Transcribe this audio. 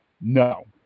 No